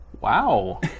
Wow